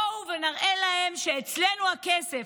בואו ונראה להם שאצלנו הכסף,